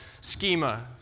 schema